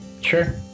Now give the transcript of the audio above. Sure